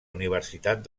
universitat